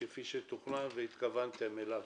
כפי שתוכנן והתכוונתם אליו.